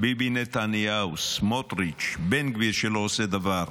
ביבי נתניהו, סמוטריץ', בן גביר שלא עושה דבר,